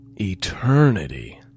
Eternity